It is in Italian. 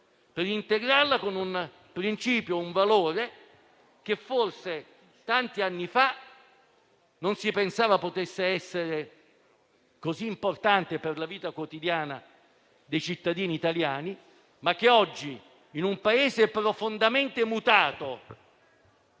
per integrarla con un principio e un valore che, forse, tanti anni fa non si pensava potessero essere così importanti per la vita quotidiana dei cittadini italiani. Oggi il Paese è profondamente mutato